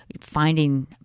finding